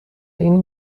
این